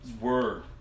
word